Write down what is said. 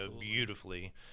beautifully